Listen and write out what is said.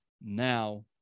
now